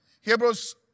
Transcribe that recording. Hebrews